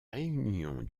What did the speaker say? réunions